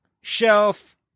shelf